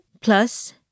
plus